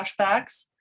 flashbacks